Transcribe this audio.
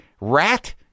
rat